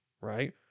right